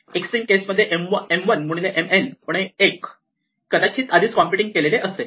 extreme case मध्ये M 1 गुणिले M n उणे 1 आपण कदाचित आधीच कॉम्प्युटिंग केले असेल